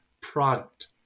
product